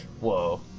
Whoa